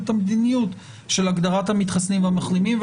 את המדיניות של הגדרת המתחסנים והמחלימים.